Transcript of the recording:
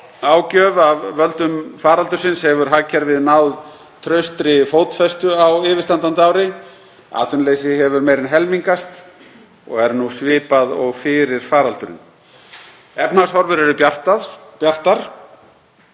ágjöf af völdum faraldursins hefur hagkerfið náð traustri fótfestu á yfirstandandi ári. Atvinnuleysi hefur meira en helmingast og er nú svipað og fyrir faraldurinn. Efnahagshorfur eru bjartar